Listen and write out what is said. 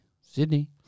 Sydney